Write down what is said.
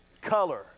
color